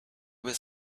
was